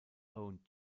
owen